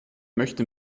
möchte